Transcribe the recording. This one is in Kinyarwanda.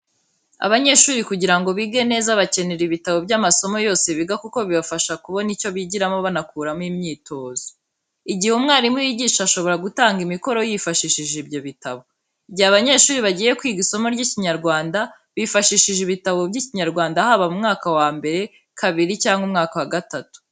Abanyeshuri kugira ngo bige neza bakenera ibitabo by'amasomo yose biga kuko bibafasha kubona icyo bigiramo bakanakuramo imyitozo. Igihe umwarimu yigisha ashobora gutanga imikoro yifashishije ibyo bitabo. Igihe abanyeshuri bagiye kwiga isomo ry'Ikinyarwanda bifashisha ibitabo by'Ikinyarwanda haba mu mwaka wa mbere, kabiri cyangwa umwaka wa gatatu.